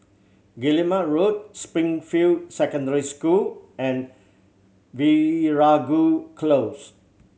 Guillemard Road Springfield Secondary School and Veeragoo Close